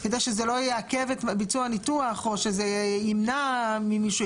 כדי שזה לא יעכב את ביצוע הניתוח או שזה ימנע ממישהו,